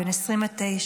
בן 29,